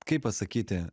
kaip pasakyti